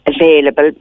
available